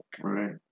Right